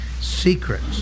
Secrets